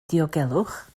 diogelwch